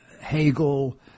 Hegel